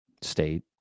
state